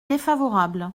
défavorable